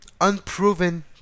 unproven